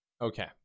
Okay